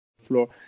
floor